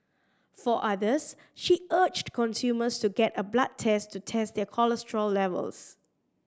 for others she urged consumers to get a blood test to test their cholesterol levels